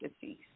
disease